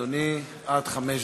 בבקשה, אדוני, עד חמש דקות.